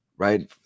Right